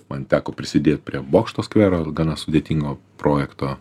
man teko prisidėt prie bokšto skvero ir gana sudėtingo projekto